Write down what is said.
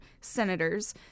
senators